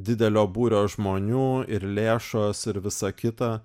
didelio būrio žmonių ir lėšos ir visa kita